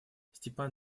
степан